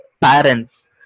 parents